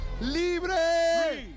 libre